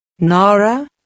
Nara